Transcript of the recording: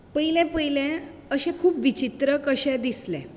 पयलें पयलें अशें खूब विचित्र कशें दिसलें